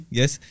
yes